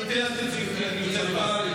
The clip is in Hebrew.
אל תוציא אותי, אני יוצא כבר.